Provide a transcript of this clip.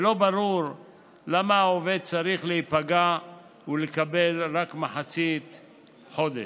ולא ברור למה העובד צריך להיפגע ולקבל רק מחצית חודש.